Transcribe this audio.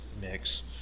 mix